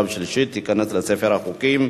בעד, 9, אין מתנגדים.